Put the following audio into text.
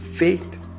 Faith